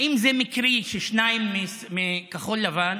האם זה מקרי ששניים מכחול לבן